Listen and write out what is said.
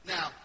Now